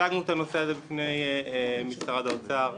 הצגנו את הנושא הזה בפני משרד האוצר,